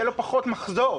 יהיה לו פחות מחזור.